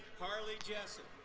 harley jessup.